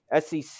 SEC